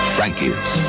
Frankie's